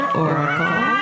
oracle